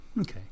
Okay